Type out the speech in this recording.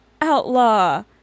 Outlaw